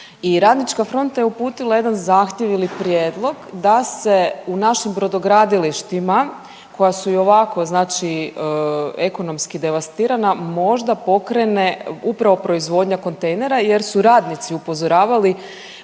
Radnička fronta je uputila jedan zahtjev ili prijedlog da se u našim brodogradilištima koja su i ovako znači ekonomski devastirana možda pokrene upravo proizvodnja kontejnera jer su radnici upozoravali